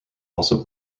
also